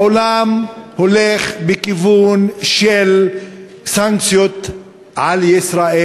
העולם הולך בכיוון של סנקציות על ישראל,